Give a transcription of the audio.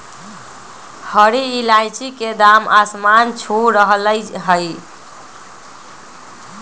हरी इलायची के दाम आसमान छू रहलय हई